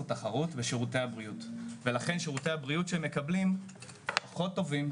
תחרות בשירותי הבריאות ולכן שירותי הבריאות שהם מקבלים פחות טובים,